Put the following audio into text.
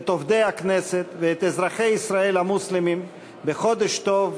את עובדי הכנסת ואת אזרחי ישראל המוסלמים בחודש טוב,